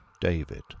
David